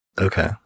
Okay